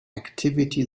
activity